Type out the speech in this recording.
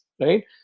right